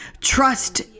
Trust